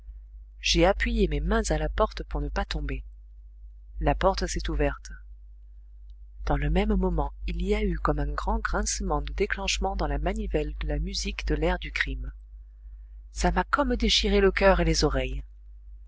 j'ai appuyé mes mains à la porte pour ne pas tomber la porte s'est ouverte dans le même moment il y a eu comme un grand grincement de déclenchement dans la manivelle de la musique de l'air du crime ça m'a comme déchiré le coeur et les oreilles